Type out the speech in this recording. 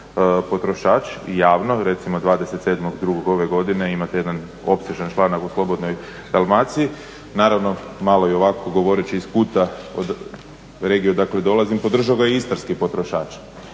potrošača javno recimo 27.02. ove godine, imate jedan opsežan članak u Slobodnoj Dalmaciji. Naravno malo i ovako govoreći iz kuta iz regije, dakle podržava … /Govornik